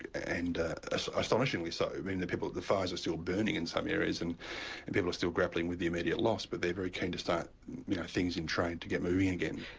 and astonishingly so. i mean the people the fires are still burning in some areas, and and people are still grappling with the immediate loss, but they're very keen to start putting you know things in train to get moving again.